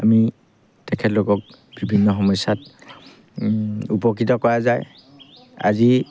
আমি তেখেতলোকক বিভিন্ন সমস্যাত উপকৃত কৰা যায় আজি